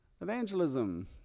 evangelism